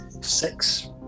six